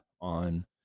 on